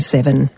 Seven